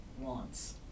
wants